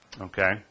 Okay